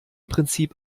prinzip